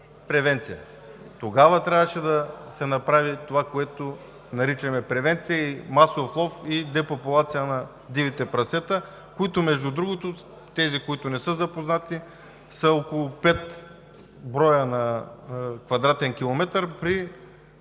Тогава трябваше да се направи това, което наричаме превенция и масов лов, и депопулация на дивите прасета, които, между другото, тези, които не са запознати, са около пет броя на квадратен километър.